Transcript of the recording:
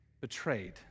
betrayed